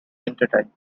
wintertime